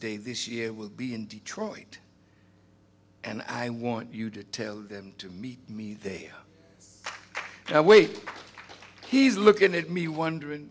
day this year will be in detroit and i want you to tell them to meet me there now wait he's looking at me wondering